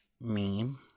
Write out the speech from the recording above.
Meme